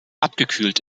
abgekühlt